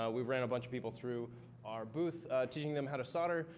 ah we ran a bunch of people through our booth teaching them how to solder.